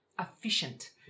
efficient